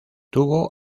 tuvo